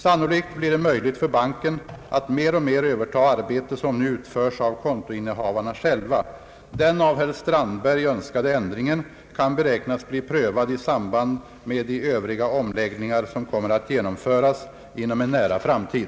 Sannolikt blir det möjligt för banken att mer och mer överta arbete som nu utförs av kontoinnehavarna själva. Den av herr Strandberg önskade ändringen kan beräknas bli prövad i samband med de övriga omläggningar som kommer att genomföras inom en nära framtid.